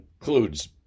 includes